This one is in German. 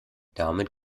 damit